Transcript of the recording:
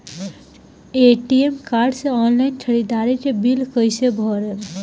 ATM card से online ख़रीदारी के बिल कईसे भरेम?